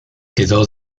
quedó